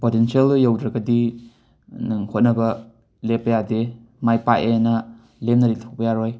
ꯄꯣꯇꯦꯟꯁꯤꯑꯦꯜꯗꯣ ꯌꯧꯗ꯭ꯔꯒꯗꯤ ꯅꯪ ꯍꯣꯠꯅꯕ ꯂꯦꯞꯄ ꯌꯥꯗꯦ ꯃꯥꯏ ꯄꯥꯑꯦꯅ ꯂꯦꯝꯅ ꯂꯩꯊꯣꯛꯄ ꯌꯥꯔꯣꯏ